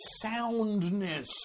soundness